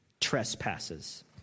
Trespasses